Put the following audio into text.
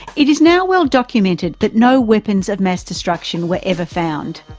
it is now well documented that no weapons of mass destructions were ever found.